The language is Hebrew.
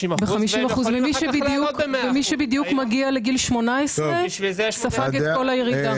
מי שבדיוק מגיע לגיל 18 ספג את כל הירידה.